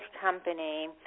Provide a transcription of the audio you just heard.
company